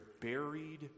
buried